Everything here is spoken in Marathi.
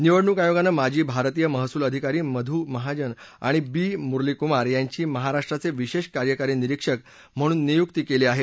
निवडणूक आयोगानं माजी भारतीय महसुल अधिकारी मधु महाजन आणि बी मुरलीकुमार यांची महाराष्ट्राचे विशेष कार्यकारी निरीक्षक म्हणून नियुक्ती केली आहे